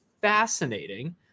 fascinating